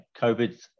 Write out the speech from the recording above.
Covid